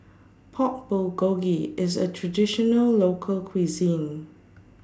Pork Bulgogi IS A Traditional Local Cuisine